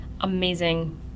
amazing